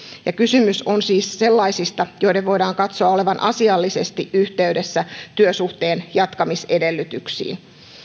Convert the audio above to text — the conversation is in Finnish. ja kysymys on siis sellaisista joiden voidaan katsoa olevan asiallisesti yhteydessä työsuhteen jatkamisedellytyksiin